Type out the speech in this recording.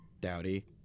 Dowdy